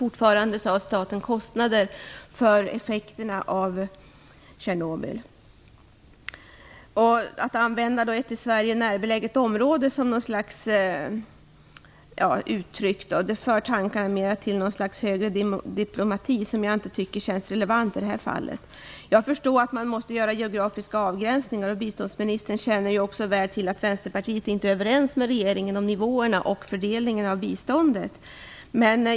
Staten har fortfarande kostnader för effekterna av Tjernobyl. Användningen av uttrycket "ett till Sverige närbeläget område" för tankarna närmast till något slags högre diplomati, som jag inte tycker känns relevant i det här fallet. Jag förstår att man måste göra geografiska avgränsningar, och biståndsministern känner mycket väl till att Vänsterpartiet inte är överens med regeringen om nivåerna på och fördelningen av biståndet.